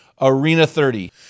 ARENA30